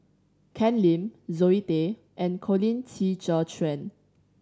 Ken Lim Zoe Tay and Colin Qi Zhe Quan